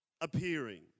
appearing